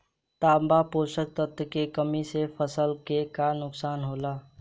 तांबा पोषक तत्व के कमी से फसल के का नुकसान होला?